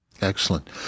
Excellent